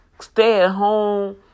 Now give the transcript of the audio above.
stay-at-home